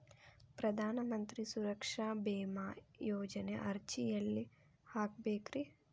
ಪ್ರಧಾನ ಮಂತ್ರಿ ಸುರಕ್ಷಾ ಭೇಮಾ ಯೋಜನೆ ಅರ್ಜಿ ಎಲ್ಲಿ ಹಾಕಬೇಕ್ರಿ?